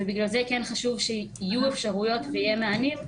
ובגלל זה כן חשוב שיהיו אפשרויות ויהיו מענים.